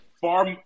far